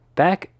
back